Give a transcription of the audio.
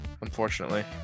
Unfortunately